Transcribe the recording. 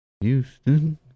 Houston